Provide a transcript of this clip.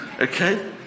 Okay